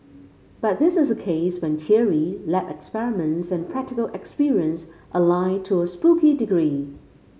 but this is a case when theory lab experiments and practical experience align to a spooky degree